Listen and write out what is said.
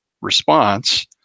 response